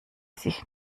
sich